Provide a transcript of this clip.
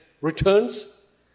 returns